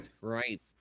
right